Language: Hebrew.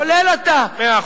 כולל אתה, מאה אחוז.